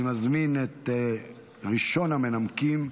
אני מזמין את ראשון המנמקים,